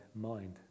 mind